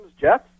jeff